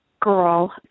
Girl